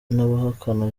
n’abahakana